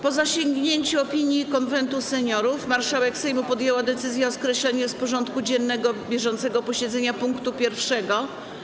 Po zasięgnięciu opinii Konwentu Seniorów marszałek Sejmu podjęła decyzję o skreśleniu z porządku dziennego bieżącego posiedzenia punktu 1.